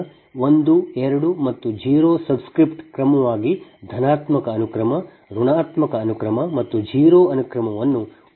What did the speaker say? ಈಗ 1 2 ಮತ್ತು 0 ಸಬ್ಸ್ಕ್ರಿಪ್ಟ್ ಕ್ರಮವಾಗಿ ಧನಾತ್ಮಕ ಅನುಕ್ರಮ ಋಣಾತ್ಮಕ ಅನುಕ್ರಮ ಮತ್ತು 0 ಅನುಕ್ರಮವನ್ನು ಉಲ್ಲೇಖಿಸುತ್ತದೆ